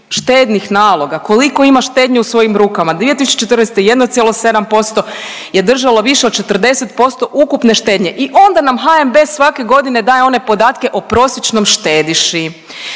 štednih naloga, koliko ima štednju u svojim rukama, 2014. 1,7% je držalo više od 40% ukupne štednje i onda nam HNB svake godine daje one podatke o prosječnom štediši.